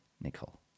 Nicole